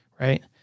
right